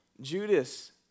Judas